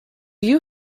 you